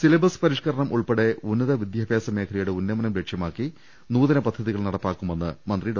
syllabus പരിഷ്ക്കരണം ഉൾപ്പടെ ഉന്നതവിദ്യാഭ്യാസ മേഖ ലയുടെ ഉന്നമനം ലക്ഷ്യമാക്കി നൂതന പദ്ധതികൾ നടപ്പിലാക്കുമെന്ന് മന്ത്രി ഡോ